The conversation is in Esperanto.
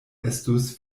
estus